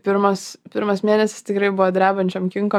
pirmas pirmas mėnesis tikrai buvo drebančiom kinkom